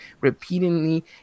repeatedly